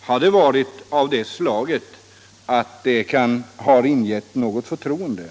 Har det varit av det slaget — reds glasbruk att det ingivit något förtroende?